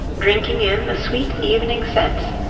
drinking in the sweet evening scents,